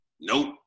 nope